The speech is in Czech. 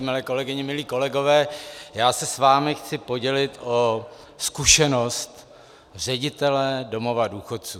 Milé kolegyně, milí kolegové, já se s vámi chci podělit o zkušenost ředitele domova důchodců.